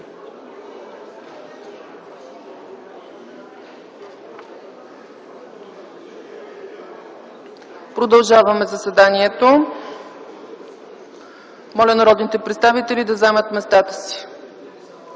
Продължаваме заседанието. Моля народните представители да заемат местата си.